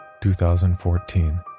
2014